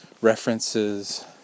references